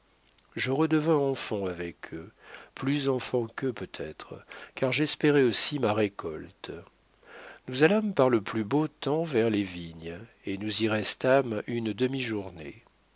je redevins enfant avec eux plus enfant qu'eux peut-être car j'espérais aussi ma récolte nous allâmes par le plus beau temps vers les vignes et nous y restâmes une